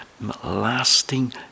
lasting